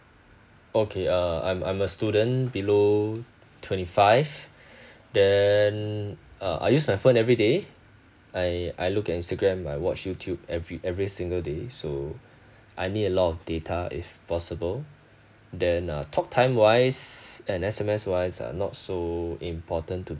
okay uh I'm I'm a student below twenty five then uh I use my phone everyday I I look at instagram I watch youtube every every single day so I need a lot of data if possible then uh talk time wise and S_M_S wise are not so important to